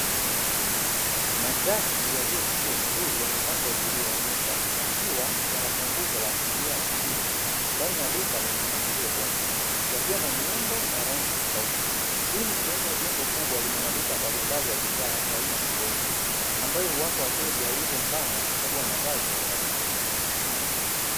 Mashati yaliyokunjwa vizuri yamepangwa juu ya meza yakiwa yana punguzo la asilimia hamsini, ndani ya duka lenye mpangilio bomba yakiwa na miundo na rangi tofauti, hii ni sehemu ya jengo kubwa lenye maduka mbalimbali ya bidhaa za aina tofauti tofauti, ambayo huwapa wateja uhuru mpana wa kuchagua mavazi wanayotaka.